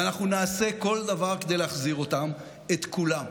ואנחנו נעשה כל דבר, כדי להחזיר אותם, את כולם.